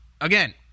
Again